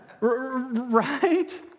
Right